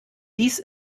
dies